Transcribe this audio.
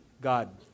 God